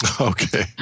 Okay